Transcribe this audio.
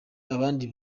abandi